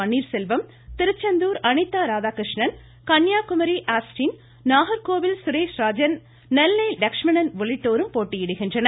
Panneerselvam Tiruchendur Anitha Radhakrishnan Kanniyakumari Austin Nagercoil Suresh Rajan Nellai Lakshmanan உள்ளிட்டோரும் போட்டியிடுகின்றனர்